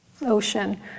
ocean